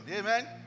Amen